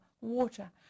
water